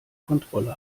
kontrolle